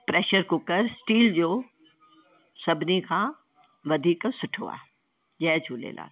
pressure cooker steel जो सभिनी खां वधीक सुठो आहे जय झूलेलाल